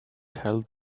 tell